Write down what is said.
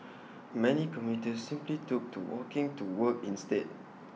many commuters simply took to walking to work instead